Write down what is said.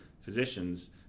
physicians